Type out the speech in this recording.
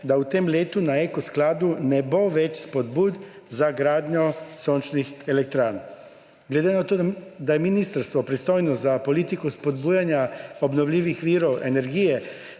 da v tem letu na Eko skladu ne bo več spodbud za vgradnjo sončnih elektrarn. Glede na to, da je ministrstvo pristojno za politiko spodbujanja obnovljivih virov energije,